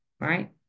right